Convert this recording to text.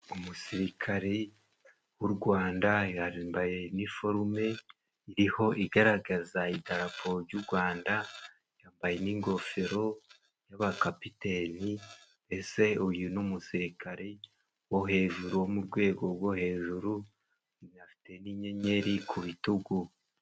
Umusirikare w'u Rwanda yambaye iniforume iriho igaragaza idarapo y'u Rwanda, yambaye n'ingofero y'abakapiteni mbese uyu ni umusirikare wo hejuru mu rwego rwo hejuru, afite n'inyenyeri ku bitugu.